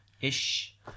ish